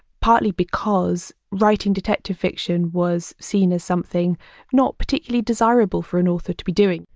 partly because writing detective fiction was seen as something not particularly desirable for an author to be doing.